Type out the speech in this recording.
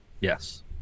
Yes